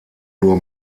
nur